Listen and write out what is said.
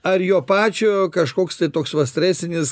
ar jo pačio kažkoks tai toks va stresinis